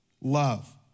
love